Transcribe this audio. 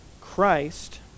Christ